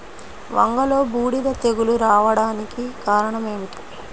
వంగలో బూడిద తెగులు రావడానికి కారణం ఏమిటి?